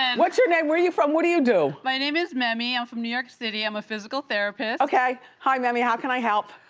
and what's your name, where you from, what do you do? my name is mamie, i'm from new york city. i'm a physical therapist. okay mamie, how can i help?